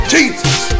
Jesus